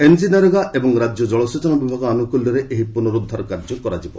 MG NREGA ଏବଂ ରାଜ୍ୟ ଜଳସେଚନ ବିଭାଗ ଆନୁକୂଲ୍ୟରେ ଏହି ପୁନଃରୁଦ୍ଧାର କାର୍ଯ୍ୟ କରାଯିବ